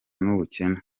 n’ubukene